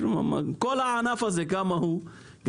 כל הענף הזה כמה הוא?